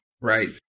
Right